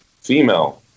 female